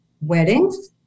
weddings